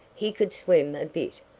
he could swim a bit,